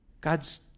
God's